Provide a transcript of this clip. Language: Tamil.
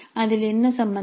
அதில் என்ன சம்பந்தம்